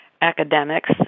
academics